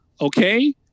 Okay